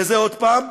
וזה, עוד פעם,